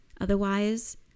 Otherwise